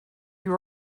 you